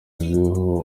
uzwiho